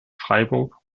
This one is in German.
freiburg